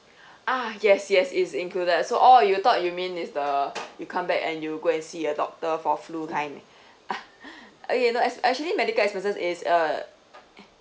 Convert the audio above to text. ah yes yes it's included so oh you thought you mean it's the you come back and you go and see a doctor for flu kind okay no act~ actually medical expenses is uh